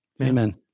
Amen